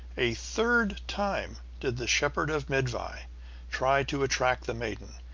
a third time did the shepherd of myddvai try to attract the maiden,